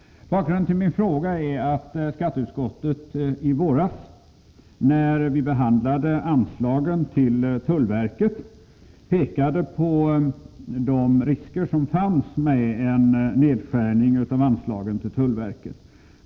Bakgrunden till min fråga är att skatteutskottet i våras, när det behandlade anslagen till tullverket, pekade på de risker som fanns med en nedskärning av anslagen till tullverket.